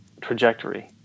trajectory